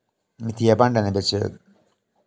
मिट्ठिये दे भांडे दे बिच